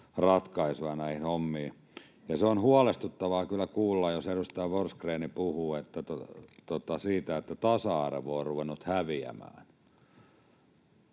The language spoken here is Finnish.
ratkaisua näihin hommiin. Se on huolestuttavaa kyllä kuulla, jos edustaja Forsgrén puhuu siitä, että tasa-arvo on ruvennut häviämään.